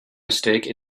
mistake